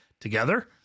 together